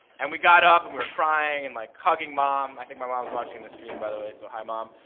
and we got up and we were crying and like hugging mom i think my mom is watching this stream, by the way, so, hi, mom.